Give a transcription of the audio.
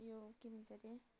यो के भन्छ त्यही